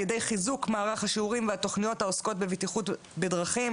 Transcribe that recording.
על ידי חיזוק מערך השיעורים והתוכניות העוסקות בבטיחות בדרכים,